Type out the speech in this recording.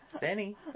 Benny